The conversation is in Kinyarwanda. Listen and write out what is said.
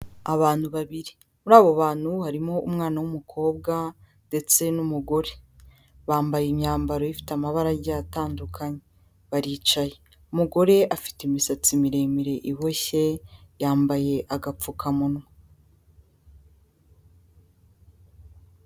Abantu babiri, muri abo bantu harimo umwana w'umukobwa, ndetse n'umugore, bambaye imyambaro ifite amabara atandukanye, baricaye, umugore afite imisatsi miremire iboshye, yambaye agapfukamunwa.